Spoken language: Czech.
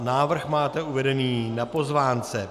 Návrh máte uveden na pozvánce.